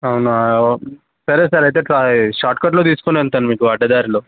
అవునా సరే సార్ అయితే ట షార్ట్కట్లో తీసుకునివెళతాను మీకు అడ్డదారిలో